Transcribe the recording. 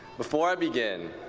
before i begin,